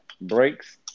breaks